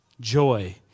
joy